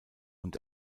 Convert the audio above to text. und